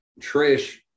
Trish